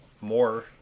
more